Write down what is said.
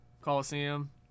Coliseum